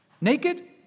Naked